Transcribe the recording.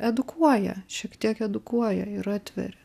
edukuoja šiek tiek edukuoja ir atveria